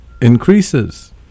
increases